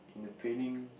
and the training